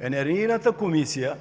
Енергийната комисия